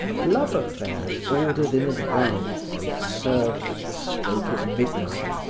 love affairs ordered in advance and served at the stroke of midnight,